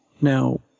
Now